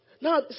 Now